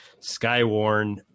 Skywarn